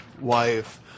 wife